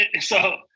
So-